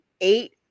eight